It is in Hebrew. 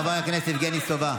חבר הכנסת יבגני סובה.